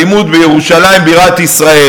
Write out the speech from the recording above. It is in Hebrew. אלימות בירושלים בירת ישראל.